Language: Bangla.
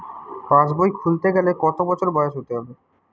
পাশবই খুলতে গেলে কত বছর বয়স হতে হবে?